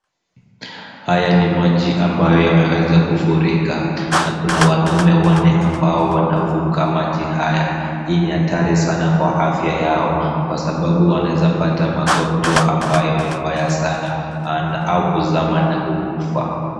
Haya ni maji ambayo yameweza kufuruka hapa na kuna wanaume wanne ambao wanavuka maji haya. Hii ni hatari sana kwa afya yao, kwa sababu wanaeza pata magonjwa ambayo ni mbaya sana au kuzama na kukufa.